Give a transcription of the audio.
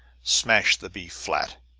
smashed the bee flat.